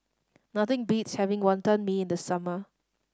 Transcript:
nothing beats having Wonton Mee in the summer